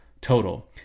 total